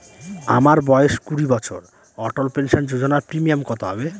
আমার বয়স কুড়ি বছর অটল পেনসন যোজনার প্রিমিয়াম কত হবে?